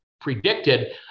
predicted